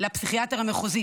לפסיכיאטר המחוזי.